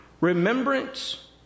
remembrance